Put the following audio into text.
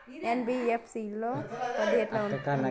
NBFC లో వడ్డీ ఎట్లా ఉంటది?